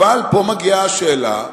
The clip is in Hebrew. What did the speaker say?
אבל פה מגיעה השאלה,